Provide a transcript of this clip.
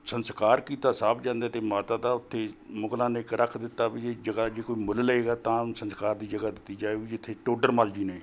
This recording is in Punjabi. ਸੰਸਕਾਰ ਕੀਤਾ ਸਾਹਿਬਜ਼ਾਦਿਆਂ ਅਤੇ ਮਾਤਾ ਦਾ ਉੱਥੇ ਮੁਗਲਾਂ ਨੇ ਰੱਖ ਦਿੱਤਾ ਵੀ ਜੇ ਜਗ੍ਹਾ ਜੇ ਕੋਈ ਮੁੱਲ ਲਵੇਗਾ ਤਾਂ ਸੰਸਕਾਰ ਦੀ ਜਗ੍ਹਾ ਦਿੱਤੀ ਜਾਵੇਗੀ ਜਿੱਥੇ ਟੋਡਰ ਮੱਲ ਜੀ ਨੇ